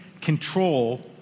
control